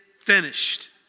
finished